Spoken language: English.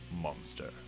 Monster